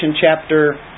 chapter